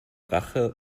rache